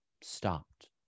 stopped